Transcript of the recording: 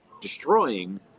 destroying